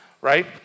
right